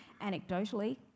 Anecdotally